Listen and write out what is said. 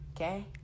okay